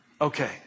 Okay